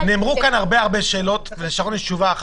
אלא לצמצם את זה לעשרה או עשרים